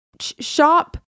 shop